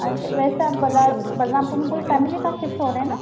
اچھا ویسے آپ بلرام پور میں پوری فیملی کے ساتھ شفٹ ہو رہے ہیں نا